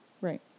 Right